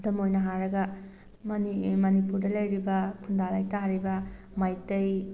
ꯈꯨꯗꯝ ꯑꯣꯏꯅ ꯍꯥꯏꯔꯒ ꯃꯅꯤꯄꯨꯔꯗ ꯂꯩꯔꯤꯕ ꯈꯨꯟꯗꯥ ꯂꯩꯇꯥꯔꯤꯕ ꯃꯩꯇꯩ